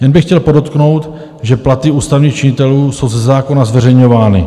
Jen bych chtěl podotknout, že platy ústavních činitelů jsou ze zákona zveřejňovány.